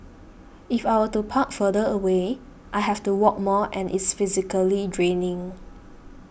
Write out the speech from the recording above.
if I were to park further away I have to walk more and it's physically draining